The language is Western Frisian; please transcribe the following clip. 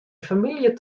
famylje